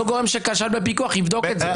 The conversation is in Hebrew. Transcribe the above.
לא גורם שכשל בפיקוח יבדוק את זה.